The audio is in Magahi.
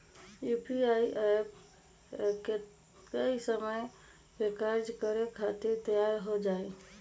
यू.पी.आई एप्प कतेइक समय मे कार्य करे खातीर तैयार हो जाई?